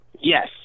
Yes